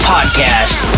Podcast